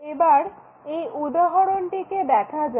এবার এই উদাহরণটিকে দেখা যাক